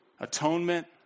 atonement